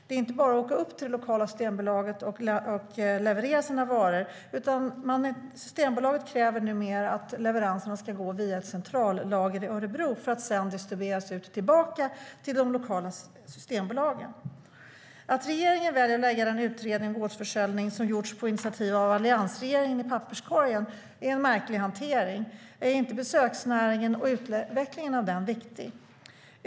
Det är inte bara att åka upp till den lokala systembolagsbutiken och leverera sina varor, utan Systembolaget kräver numera att leveranserna ska gå via ett centrallager i Örebro för att sedan distribueras ut tillbaka till de lokala systembolagsbutikerna. Att regeringen väljer att lägga den utredning om gårdsförsäljning som gjorts på initiativ alliansregeringen i papperskorgen är en märklig hantering. Är inte besöksnäringen och utvecklingen av den viktig?